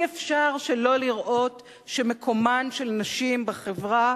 אי-אפשר שלא לראות שמקומן של נשים בחברה